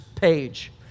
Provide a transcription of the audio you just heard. page